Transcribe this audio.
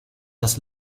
das